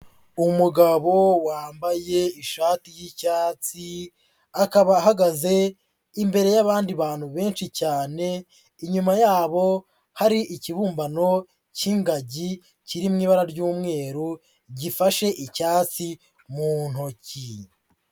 Umugabo wambaye ishati y'icyatsi, akaba ahagaze imbere y'abandi bantu benshi cyane, inyuma yabo hari ikibumbano cy'ingagi kiri mu ibara ry'umweru gifashe icyatsi mu ntoki.